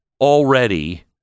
already